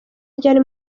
ryari